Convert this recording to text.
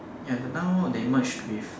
ya but now they merged with